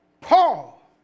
Paul